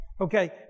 Okay